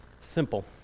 Simple